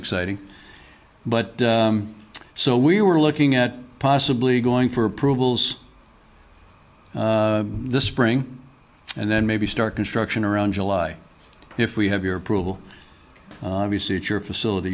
exciting but so we were looking at possibly going for approvals this spring and then maybe start construction around july if we have your approval obviously at your facility